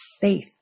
faith